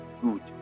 Good